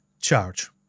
charge